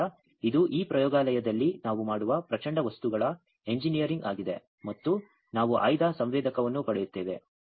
ಆದ್ದರಿಂದ ಇದು ಈ ಪ್ರಯೋಗಾಲಯದಲ್ಲಿ ನಾವು ಮಾಡುವ ಪ್ರಚಂಡ ವಸ್ತುಗಳ ಎಂಜಿನಿಯರಿಂಗ್ ಆಗಿದೆ ಮತ್ತು ನಾವು ಆಯ್ದ ಸಂವೇದಕವನ್ನು ಪಡೆಯುತ್ತೇವೆ